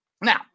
Now